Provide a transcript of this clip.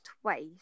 twice